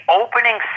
opening